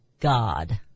God